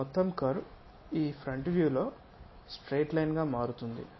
ఈ మొత్తం కర్వ్ ఈ ఫ్రంట్ వ్యూలో స్ట్రెయిట్ లైన్ గా మారుతుంది